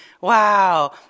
wow